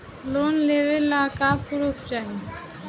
Loan लेवे ला का पुर्फ चाही?